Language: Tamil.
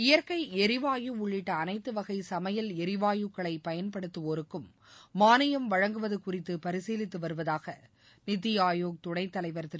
இயற்கை எரிவாயு உள்ளிட்ட அனைத்து வகை சமையல் எரிவாயுக்களை பயன்படுத்துவோருக்கும் மாளியம் வழங்குவது குறித்து பரிசீலித்து வருவதாக நித்தி ஆயோக் துணைத் தலைவர் திரு